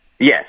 Yes